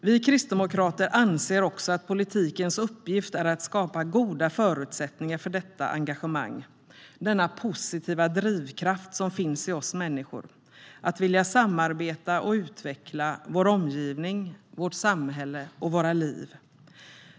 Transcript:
Vi kristdemokrater anser också att politikens uppgift är att skapa goda förutsättningar för detta engagemang, denna positiva drivkraft som finns i oss människor att vilja samarbeta och utveckla vår omgivning, vårt samhälle och våra liv.